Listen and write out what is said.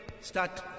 start